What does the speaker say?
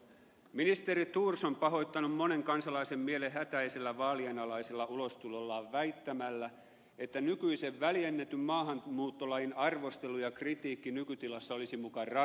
ministeri thors on pahoittanut monen kansalaisen mielen hätäisellä vaalien alaisella ulostulollaan väittämällä että nykyisen väljennetyn maahanmuuttolain arvostelu ja kritiikki nykytilassa olisi muka rasismia